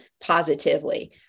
positively